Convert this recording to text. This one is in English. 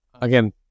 again